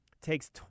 takes